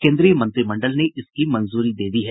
केंद्रीय मंत्रिमंडल ने इसकी मंजूरी दे दी है